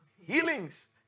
Healings